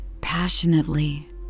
passionately